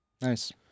Nice